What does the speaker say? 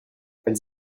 elles